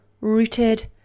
Rooted